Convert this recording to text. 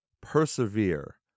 persevere